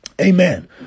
Amen